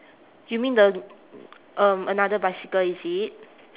you mean the um another bicycle is it